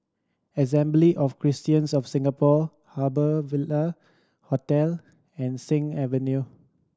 Assembly of Christians of Singapore Harbour Ville Hotel and Sing Avenue